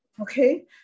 okay